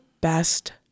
best